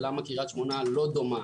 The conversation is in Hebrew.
ולמה קריית שמונה לא דומה